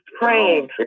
praying